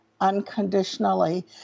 unconditionally